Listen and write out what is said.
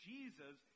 Jesus